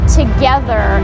together